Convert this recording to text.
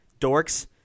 dorks